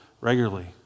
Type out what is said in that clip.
regularly